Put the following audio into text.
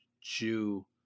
Jew